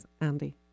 Andy